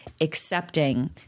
accepting